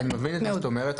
אני מבין את מה שאת אומרת,